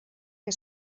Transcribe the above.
que